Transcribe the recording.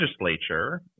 legislature